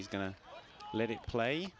he's going to let it play